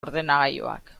ordenagailuak